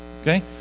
okay